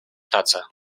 tacę